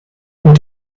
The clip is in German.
und